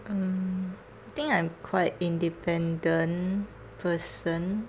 um think I'm quite independent person